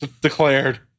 Declared